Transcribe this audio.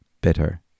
bitter